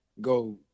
go